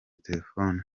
telefoni